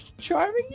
Charming